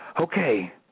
Okay